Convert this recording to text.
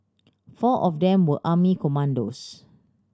four of them were army commandos